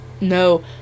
No